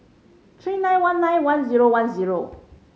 three nine one nine one zero one zero